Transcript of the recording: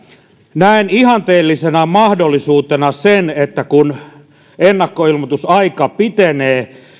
näen ihanteellisena mahdollisuutena sen että kun ennakkoilmoitusaika pitenee